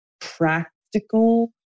practical